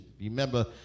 remember